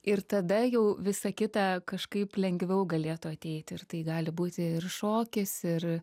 ir tada jau visa kita kažkaip lengviau galėtų ateiti ir tai gali būti ir šokis ir